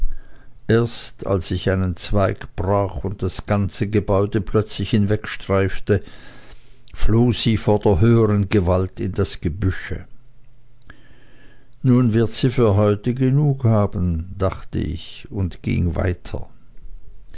erst als ich einen zweig brach und das ganze gebäude plötzlich hinwegstreifte floh sie vor der höheren gewalt in das gebüsche nun wird sie für heute genug haben dachte ich und ging weiter